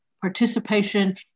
participation